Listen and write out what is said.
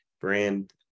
brand